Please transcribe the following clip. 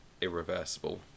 irreversible